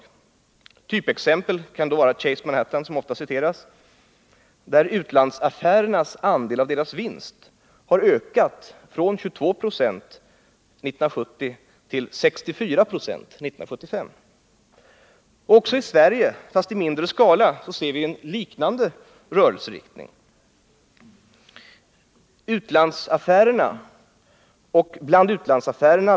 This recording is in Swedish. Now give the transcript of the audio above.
Ett typexempel är Chase Manhattan, där utlandsaffärernas andel av bankens vinst ökade från 22 96 år 1970 till 64 96 år 1975. Också i Sverige — fast i mindre skala — ser vi en liknande rörelseriktning.